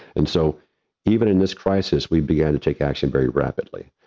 and so even in this crisis, we began to take action very rapidly.